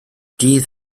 dydd